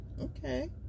Okay